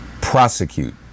prosecute